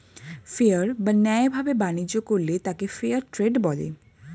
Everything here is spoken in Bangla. ফেয়ার বা ন্যায় ভাবে বাণিজ্য করলে তাকে ফেয়ার ট্রেড বলে